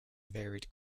varied